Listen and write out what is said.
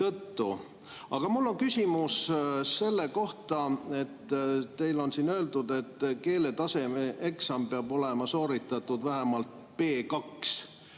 Aga mul on küsimus selle kohta, et teil on siin öeldud, et keeletaseme eksam peab olema sooritatud vähemalt